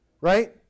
right